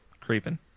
Creeping